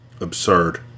Absurd